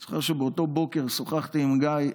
אני זוכר שבאותו בוקר שוחחתי עם גיא.